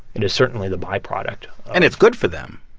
it is certainly the byproduct and it's good for them.